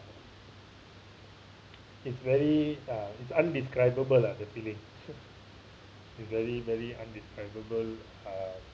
it's very uh it's indescribable lah the feeling very very indescribable uh